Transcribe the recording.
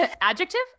Adjective